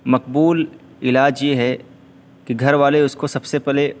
مقبول علاج یہ ہے کہ گھر والے اس کو سب سے پہلے